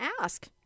ask